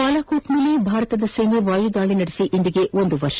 ಬಾಲಾಕೋಟ್ ಮೇಲೆ ಭಾರತ ಸೇನೆ ವಾಯುದಾಳಿ ನಡೆಸಿ ಇಂದಿಗೆ ಒಂದು ವರ್ಷ